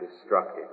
destructive